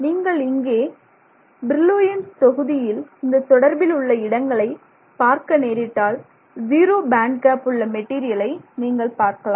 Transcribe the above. நீங்கள் இங்கே பிரில்லூயின் தொகுதியில் இந்த தொடர்பில் உள்ள இடங்களை பார்க்க நேரிட்டால் ஜீரோ பேண்ட் கேப் உள்ள ஒரு மெட்டீரியல் நீங்கள் பார்க்கலாம்